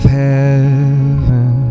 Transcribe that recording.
heaven